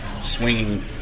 swinging